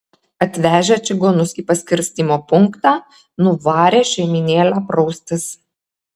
atvežę čigonus į paskirstymo punktą nuvarė šeimynėlę praustis